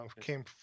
came